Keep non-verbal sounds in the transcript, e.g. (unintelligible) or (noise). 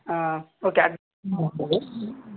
ಹಾಂ ಓಕೆ (unintelligible)